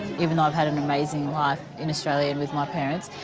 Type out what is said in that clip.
even though i've had an amazing life in australia and with my parents,